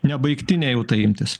nebaigtinė jau ta imtis